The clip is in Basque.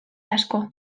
asko